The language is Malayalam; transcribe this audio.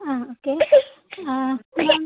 ആ ഓക്കെ ആ പിന്നെ